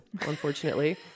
unfortunately